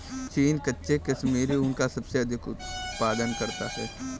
चीन कच्चे कश्मीरी ऊन का सबसे अधिक उत्पादन करता है